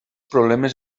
problemes